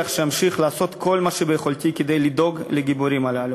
שאמשיך לעשות כל מה שביכולתי כדי לדאוג לגיבורים הללו.